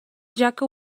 jaka